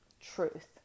truth